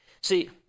See